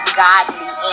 godly